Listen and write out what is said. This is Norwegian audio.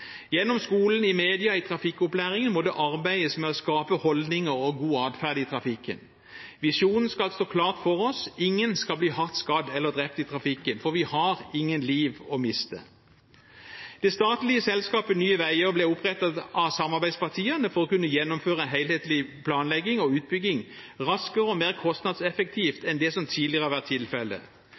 Gjennom skolen, i media og i trafikkopplæringen må det arbeides med å skape holdninger og god adferd i trafikken. Visjonen skal stå klart for oss: Ingen skal bli hardt skadd eller drept i trafikken, for vi har ingen liv å miste. Det statlige selskapet Nye Veier ble opprettet av samarbeidspartiene for å kunne gjennomføre helhetlig planlegging og utbygging raskere og mer kostnadseffektivt enn det som tidligere har vært tilfellet.